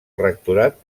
rectorat